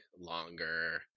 longer